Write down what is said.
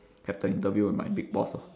have the interview with my big boss orh